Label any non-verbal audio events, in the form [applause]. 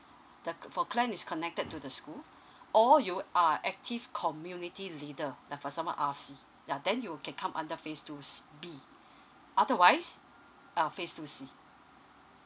the c~ for clan is connected to the school [breath] or you are active community leader like for example R_C ya then you can come under phase two C B otherwise uh phase two C